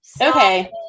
okay